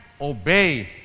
obey